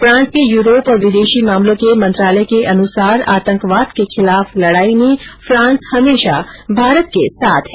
France के Europe और विदेशी मामलों के मंत्रालय के अनुसार आतंकवाद के खिलाफ लड़ाई में फ्रांस हमेशा भारत के साथ है